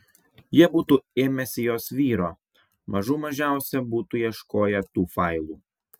jie būtų ėmęsi jos vyro mažų mažiausia būtų ieškoję tų failų